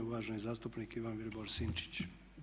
Uvaženi zastupnik Ivan Vilibor Sinčić.